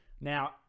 Now